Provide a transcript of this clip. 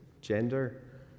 gender